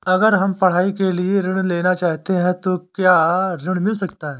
अगर हम पढ़ाई के लिए ऋण लेना चाहते हैं तो क्या ऋण मिल सकता है?